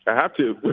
ah have to